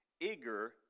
eager